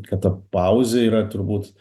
kad ta pauzė yra turbūt